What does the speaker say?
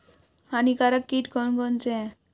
हानिकारक कीट कौन कौन से हैं?